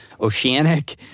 oceanic